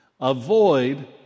Avoid